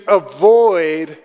avoid